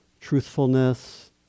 truthfulness